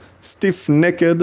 stiff-necked